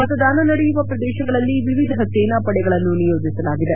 ಮತದಾನ ನಡೆಯುವ ಪ್ರದೇಶಗಳಲ್ಲಿ ವಿವಿಧ ಸೇನಾ ಪಡೆಗಳನ್ನು ನಿಯೋಜಿಸಲಾಗಿದೆ